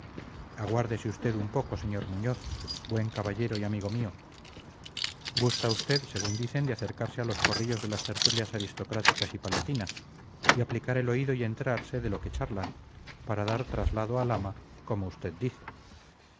aguárdese usted un poco sr muñoz buen caballero y amigo mío gusta usted según dicen de acercarse a los corrillos de las tertulias aristocráticas y palatinas y aplicar el oído y enterarse de lo que charlan para dar traslado al ama como usted dice